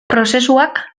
prozesuak